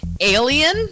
Alien